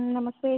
नमस्ते